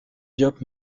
diop